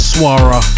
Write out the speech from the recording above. Suara